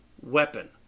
weapon